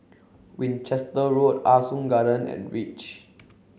Winchester Road Ah Soo Garden and Reach